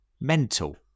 Mental